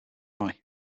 try